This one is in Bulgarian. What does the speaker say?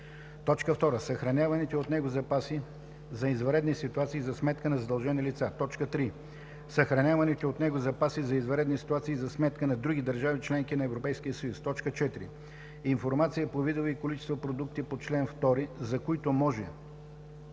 съюз; 2. съхраняваните от него запаси за извънредни ситуации за сметка на задължени лица; 3. съхраняваните от него запаси за извънредни ситуации за сметка на други държави – членки на Европейския съюз; 4. информация по видове и количества продукти по чл. 2, за които може